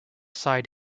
side